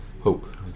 hope